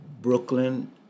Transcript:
Brooklyn